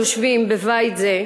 היושבים בבית זה,